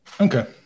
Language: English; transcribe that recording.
Okay